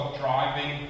driving